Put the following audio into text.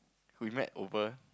we met over